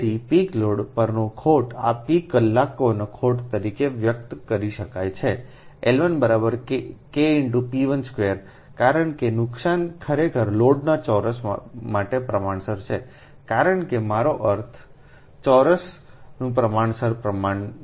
તેથીપીક load પરની ખોટ એ પીક કલાકોની ખોટ તરીકે વ્યક્ત કરી શકાય છેL1K×P12કારણ કે નુકસાન ખરેખર લોડના ચોરસ માટે પ્રમાણસર છે કારણ કે મારો અર્થ ચોરસના પ્રમાણસર પ્રમાણમાં છે